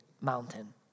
mountain